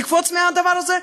נקפוץ מהדבר הזה?